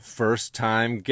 first-time